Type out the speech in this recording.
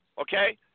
Okay